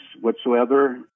whatsoever